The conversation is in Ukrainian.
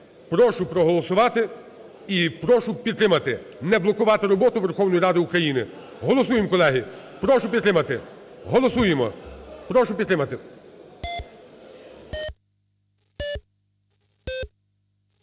Прошу проголосувати і прошу підтримати, не блокувати роботу Верховної Ради України. Голосуємо, колеги, прошу підтримати. Голосуємо, прошу підтримати.